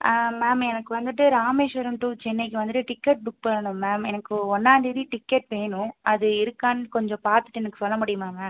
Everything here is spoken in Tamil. ஆ மேம் எனக்கு வந்துட்டு ராமேஷ்வரம் டூ சென்னைக்கு வந்துட்டு டிக்கெட் புக் பண்ணனும் மேம் எனக்கு ஒன்னாம்தேதி டிக்கெட் வேணும் அது இருக்கான்னு கொஞ்சம் பார்த்துட்டு எனக்கு சொல்ல முடியுமா மேம்